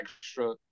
extra